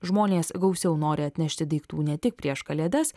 žmonės gausiau nori atnešti daiktų ne tik prieš kalėdas